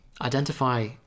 identify